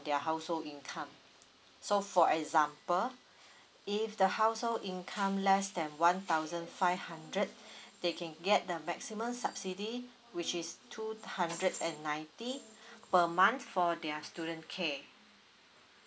their household income so for example if the household income less than one thousand five hundred they can get the maximum subsidy which is two hundred and ninety per month for their student care